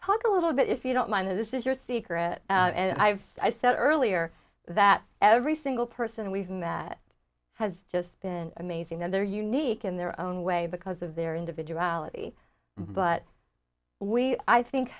talk a little bit if you don't mind that this is your secret and i've i said earlier that every single person we've seen that has just been amazing and they're unique in their own way because of their individuality but we i think